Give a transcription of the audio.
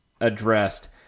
addressed